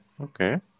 Okay